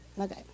Okay